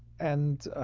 and